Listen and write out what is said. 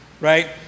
Right